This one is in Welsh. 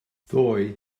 ddoe